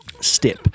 step